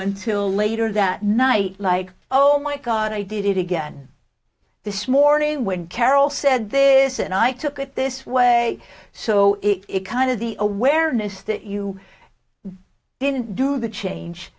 until later that night like oh my god i did it again this morning when carol said there is and i took it this way so it kind of the awareness that you didn't do the change